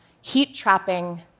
heat-trapping